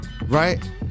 Right